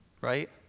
right